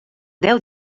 deu